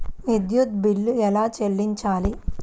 విద్యుత్ బిల్ ఎలా చెల్లించాలి?